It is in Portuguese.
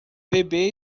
bebê